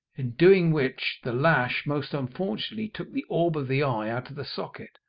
in doing which the lash most unfortunately took the orb of the eye out of the socket.